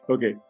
Okay